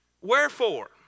Wherefore